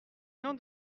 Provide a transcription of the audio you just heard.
nom